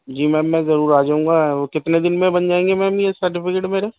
جی ma'am میں ضرور آ جاؤں گا وہ کتنے دن میں بن جائیں گے میم یہ سرٹیفیکیٹ میرے